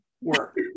work